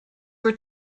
were